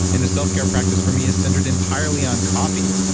and the self-care practice for me is centered entirely on coffee.